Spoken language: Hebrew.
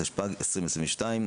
התשפ"ג-2022,